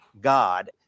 God